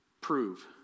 prove